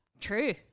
true